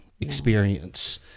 experience